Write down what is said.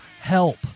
help